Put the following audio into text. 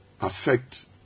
affect